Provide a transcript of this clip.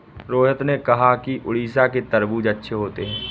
रोहित ने कहा कि उड़ीसा के तरबूज़ अच्छे होते हैं